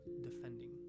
defending